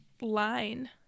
line